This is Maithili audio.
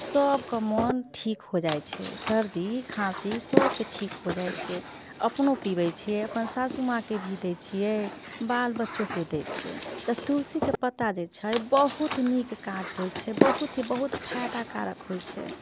सभकऽ मोन ठीक हो जाइ छै सर्दी खाँसी सभके ठीक भऽ जाइ छै अपनो पिबै छियै अपन सासु माँ के भी दै छियै बाल बच्चो के दै छियै तऽ तुलसी के पत्ता जे छै बहुत नीक काज होइ छै बहुत ही बहुत फैदा कारक होइ छै